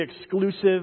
exclusive